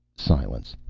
silence.